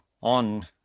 on